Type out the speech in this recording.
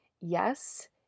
yes